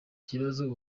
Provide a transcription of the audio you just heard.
ikibazo